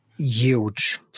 huge